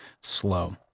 slow